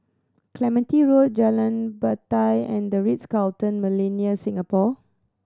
Clementi Road Jalan Batai and The Ritz Carlton Millenia Singapore